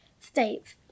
states